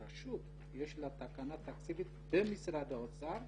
יש לרשות תקנה תקציבית במשרד האוצר,